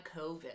COVID